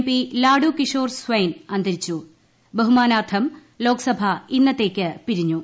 പ്പി് ലാഡു കിഷോർ സ്വൈൻ അന്തരിച്ചു ബഹുമാന്റാർത്ഥം ലോക്സഭ ഇന്നത്തേക്ക് പിരിഞ്ഞു